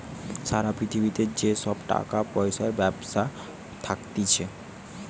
সারা পৃথিবীতে যে সব টাকা পয়সার ব্যবস্থা থাকতিছে